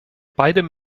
beidem